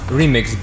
remix